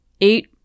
eight